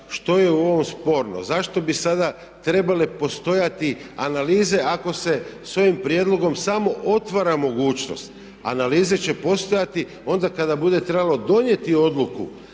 što je u ovom sporno. Zašto bi sada trebale postojati analize ako se s ovim prijedlogom samo otvara mogućnost. Analize će postojati onda kada bude trebalo donijeti odluku